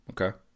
Okay